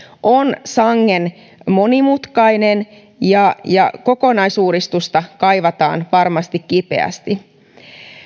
on edelleen sangen monimutkainen ja ja kokonaisuudistusta kaivataan varmasti kipeästi